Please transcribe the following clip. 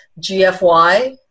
GFY